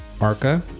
Arca